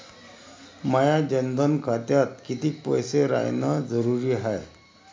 माया जनधन खात्यात कितीक पैसे रायन जरुरी हाय?